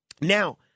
Now